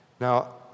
Now